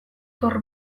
gotor